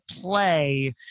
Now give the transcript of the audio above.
play